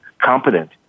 competent